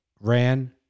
ran